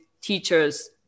teachers